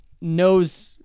knows